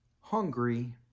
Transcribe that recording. hungry